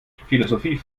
philosophie